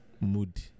mood